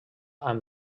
amb